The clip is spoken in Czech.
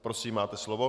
Prosím, máte slovo.